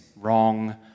wrong